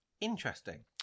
Interesting